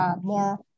more